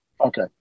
Okay